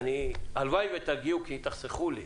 הלוואי ותגיעו, כי תחסכו לי.